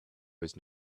was